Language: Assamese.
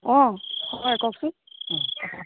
অ' হয় কওকচোন